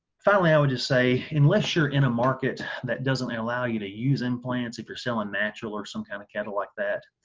finally i would just say, unless you're in a market that doesn't allow you to use implants, if you're selling natural or some kind of cattle like that,